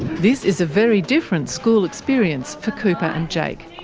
this is a very different school experience for cooper and jake.